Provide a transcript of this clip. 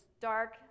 dark